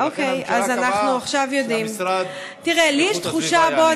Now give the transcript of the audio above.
הממשלה קבעה שהמשרד לאיכות הסביבה יענה.